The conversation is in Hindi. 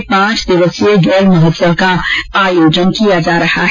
जालौर में पांच दीवसीय गैर महोत्सव का आयोजन किया जा रहा है